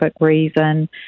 reason